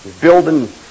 Building